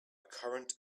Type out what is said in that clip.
current